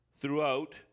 throughout